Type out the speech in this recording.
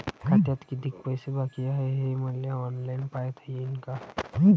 खात्यात कितीक पैसे बाकी हाय हे मले ऑनलाईन पायता येईन का?